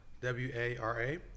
W-A-R-A